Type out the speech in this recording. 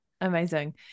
Amazing